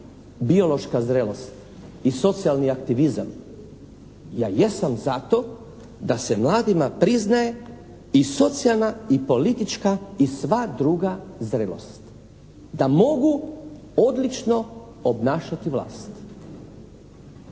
biološka zrelost i socijalni aktivizam. Ja jesam za to da se mladima priznaje i socijalna i politička i sva druga zrelost da mogu odlično obnašati vlast.